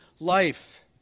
life